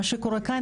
מה שקורה כאן,